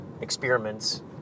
experiments